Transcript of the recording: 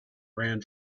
ran